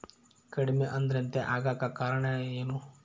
ಕಡಿಮೆ ಆಂದ್ರತೆ ಆಗಕ ಕಾರಣ ಏನು?